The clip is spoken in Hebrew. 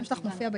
מי נגד?